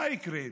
מה יקרה איתנו?